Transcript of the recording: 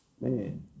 Man